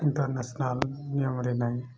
international ନିୟମରେ ନାହିଁ